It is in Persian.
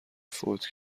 فوت